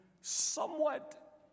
somewhat